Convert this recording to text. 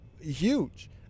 huge